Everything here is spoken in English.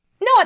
No